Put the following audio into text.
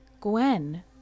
Gwen